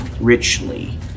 richly